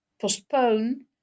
postpone